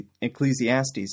Ecclesiastes